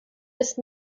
ist